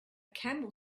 camel